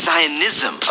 Zionism